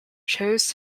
chose